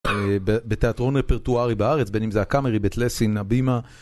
בתיאטרון רפרטוארי בארץ, בין אם זה הקאמרי, בית לסין, הבימה.